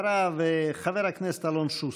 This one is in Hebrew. ואחריו, חבר הכנסת אלון שוסטר.